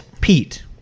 Pete